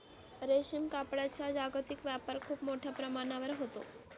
रेशीम कापडाचा जागतिक व्यापार खूप मोठ्या प्रमाणावर होतो